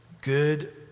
good